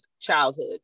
childhood